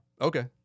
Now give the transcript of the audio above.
Okay